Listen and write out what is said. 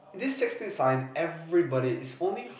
these six needs are in everybody it's only